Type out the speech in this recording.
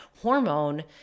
hormone